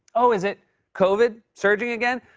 oh, is it covid surging again?